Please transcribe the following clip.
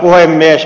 arvoisa puhemies